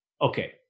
Okay